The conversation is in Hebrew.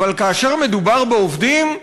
אבל כאשר מדובר בעובדים,